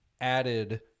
added